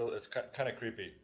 it's kind of creepy